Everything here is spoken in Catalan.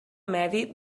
medi